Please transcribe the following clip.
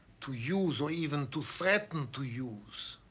to use or even to threaten to use